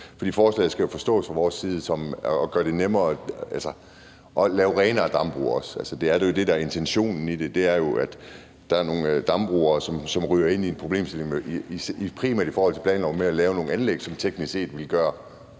forslaget skal jo forstås sådan fra vores side, at det skal gøre det nemmere at lave renere dambrug. Altså, det er jo det, der er intentionen i det, for der er nogle dambrug, som ryger ind i en problemstilling, primært i forhold til planloven, i forbindelse med at få lavet nogle anlæg, som teknisk set ville gøre